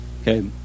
Okay